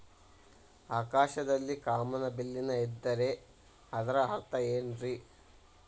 ಆಕಾಶದಲ್ಲಿ ಕಾಮನಬಿಲ್ಲಿನ ಇದ್ದರೆ ಅದರ ಅರ್ಥ ಏನ್ ರಿ?